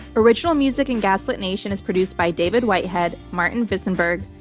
original music in gaslit nation is produced by david whitehead, martin visonberg,